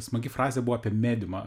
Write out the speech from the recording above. smagi frazė buvo apie mediumą